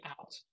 out